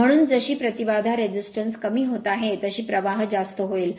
म्हणून जशी प्रतिबाधा कमी होत आहे तशी प्रवाह जास्त होईल